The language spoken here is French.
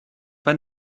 pas